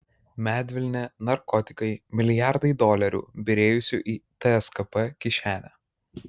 medvilnė narkotikai milijardai dolerių byrėjusių į tskp kišenę